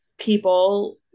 people